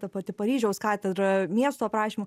ta pati paryžiaus katedra miesto aprašymų